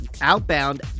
Outbound